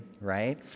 right